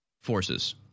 forces